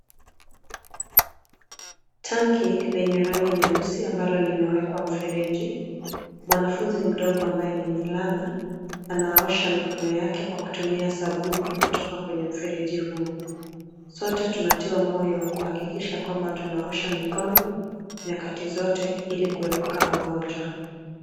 Tanki lenye rangi nyeusi ambalo limewekwa mifereji. Mwafunzi mdogo ambaye ni mvulana anaosha mikono yake kwa kutumia sabuni kutoka kwenye mfereji huu. Sote tunatiwa moyo kuhakikisha kwamba tunaosha mikono nyakati zote ili kuepuka magonjwa.